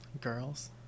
Girls